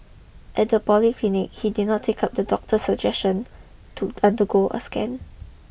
at the polyclinic he did not take up the doctor suggestion to undergo a scan